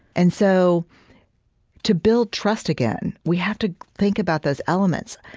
and so to build trust again, we have to think about those elements.